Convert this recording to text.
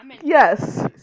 Yes